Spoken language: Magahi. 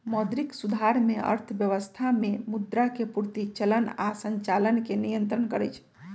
मौद्रिक सुधार में अर्थव्यवस्था में मुद्रा के पूर्ति, चलन आऽ संचालन के नियन्त्रण करइ छइ